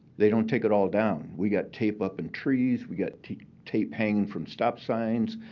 they don't take it all down. we got tape up in trees. we got tape tape hanging from stop signs,